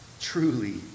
truly